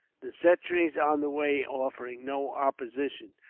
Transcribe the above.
the sentries on the way offering no opposition,